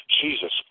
Jesus